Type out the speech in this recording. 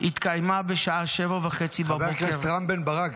התקיימה בשעה 7:30. חבר הכנסת רם בן ברק,